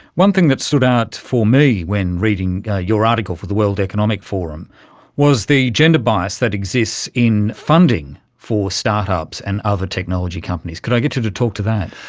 one thing that stood out for me when reading your article for the world economic forum was the gender bias that exists in funding for start-ups and other technology companies. could i get you to talk to that?